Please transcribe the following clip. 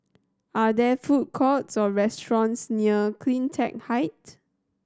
are there food courts or restaurants near Cleantech Height